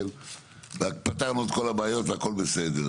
ואז פתרנו את כל הבעיות והכל בסדר.